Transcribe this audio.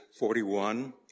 41